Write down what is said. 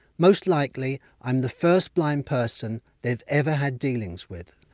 most likely, i'm the first blind person they've ever had dealings with!